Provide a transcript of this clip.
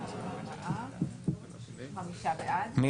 מי